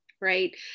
Right